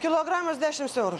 kilogramas dešimts eurų